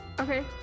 Okay